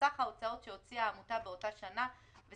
סך ההוצאות שהוציאה העמותה באותה שנת כספים